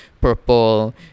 purple